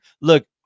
look